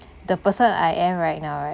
the person I am right now right